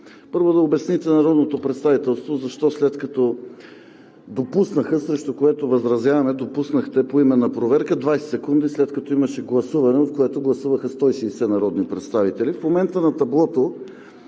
Първо, да обясните на народното представителство защо след като допуснахте, срещу което възразяваме – поименна проверка 20 секунди, след като имаше гласуване, в което гласуваха 160 народни представители? В момента на таблото